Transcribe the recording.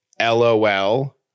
LOL